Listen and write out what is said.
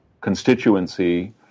constituency